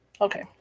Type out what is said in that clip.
Okay